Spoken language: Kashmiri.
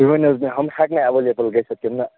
تُہۍ ؤنِو حظ مےٚ یِم ہیٚکنہٕ ایٚویلیبٕل گٔژھِتھ کِنہٕ نہٕ